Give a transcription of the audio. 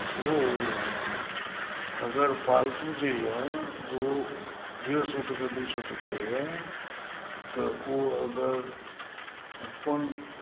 ओ अगर पालतु जे अहि ओ डेढ़ सए टके दू सए टके अहि तऽ अगर अपन